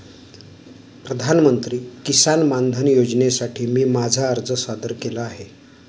प्रधानमंत्री किसान मानधन योजनेसाठी मी माझा अर्ज सादर केला आहे